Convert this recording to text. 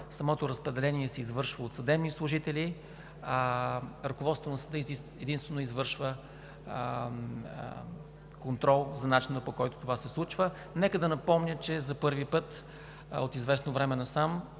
Самото разпределение се извършва от съдебни служители, а ръководството на съда единствено извършва контрол за начина, по който това се случва. Нека да напомня, че за първи път от известно време насам